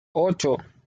ocho